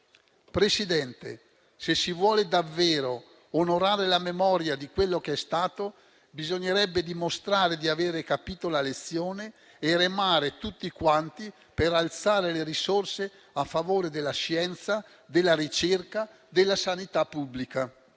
Presidente, se si vuole davvero onorare la memoria di quello che è stato, bisognerebbe dimostrare di avere capito la lezione e remare tutti quanti per alzare le risorse a favore della scienza, della ricerca e della sanità pubblica.